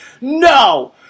No